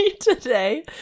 today